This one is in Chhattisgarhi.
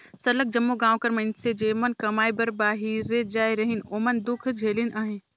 सरलग जम्मो गाँव कर मइनसे जेमन कमाए बर बाहिरे जाए रहिन ओमन दुख झेलिन अहें